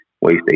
waste